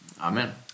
Amen